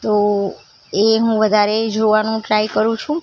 તો એ હું વધારે જોવાનું ટ્રાય કરું છું